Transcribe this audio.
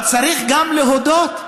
אבל צריך גם להודות,